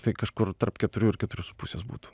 tai kažkur tarp keturių ir keturių su pusės būtų